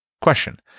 Question